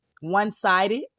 one-sided